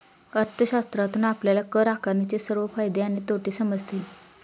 अर्थशास्त्रातून आपल्याला कर आकारणीचे सर्व फायदे आणि तोटे समजतील